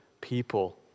people